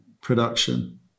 production